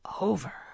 over